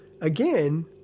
Again